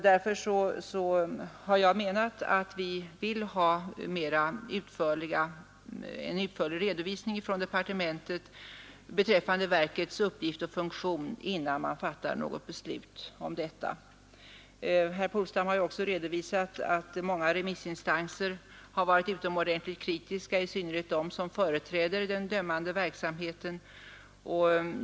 Därför har jag ansett att det behövs en utförlig redovisning från departementet beträffande verkets uppgift och funktion, innan man fattar något beslut om detta. Herr Polstam har också redovisat att många remissinstanser har varit utomordentligt kritiska, i synnerhet de som företräder den dömande verksamheten.